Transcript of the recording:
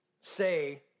say